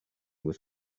with